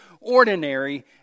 ordinary